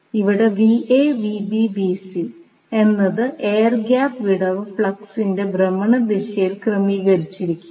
ഇവിടെ എന്നത് air gap വിടവ് ഫ്ലക്സിന്റെ ഭ്രമണ ദിശയിൽ ക്രമീകരിച്ചിരിക്കുന്നു